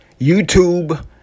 YouTube